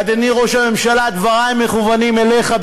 ואדוני ראש הממשלה, דברי מכוונים אליך.